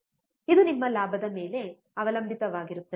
ಇದು ನಿಮ್ಮ ಲಾಭದ ಮೇಲೆ ಅವಲಂಬಿತವಾಗಿರುತ್ತದೆ